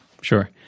Sure